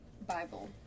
bible